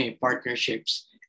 partnerships